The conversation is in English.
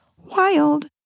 wild